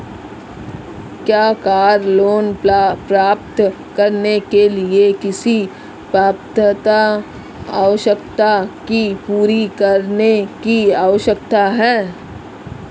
क्या car loan प्राप्त करने के लिए किसी पात्रता आवश्यकता को पूरा करने की आवश्यकता है?